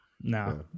no